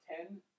ten